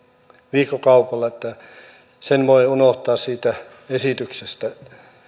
viikkokaupalla eli sen voi unohtaa siitä esityksestä